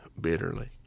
bitterly